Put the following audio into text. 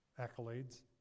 accolades